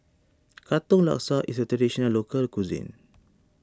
Katong Laksa is a Traditional Local Cuisine